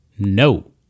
No